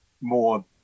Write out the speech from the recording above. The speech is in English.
more